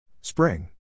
Spring